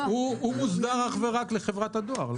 הוא מוסדר אך ורק לחברת הדואר.